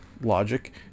logic